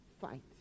Fight